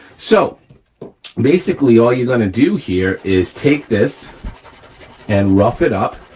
so basically all you're gonna do here is take this and rough it up,